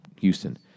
Houston